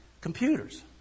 Computers